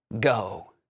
go